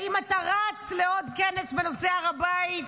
האם אתה רץ לעוד כנס בנושא הר הבית?